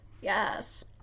Yes